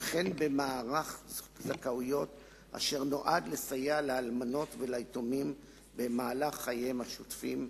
וכן במערך זכאויות אשר נועד לסייע לאלמנות ויתומים במהלך חייהם השוטפים.